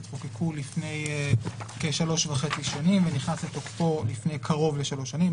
חוקקו לפני כשלוש וחצי שנים ונכנס לתוקפו לפני קרוב לשלוש שנים,